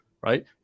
right